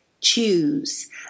choose